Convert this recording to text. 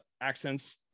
accents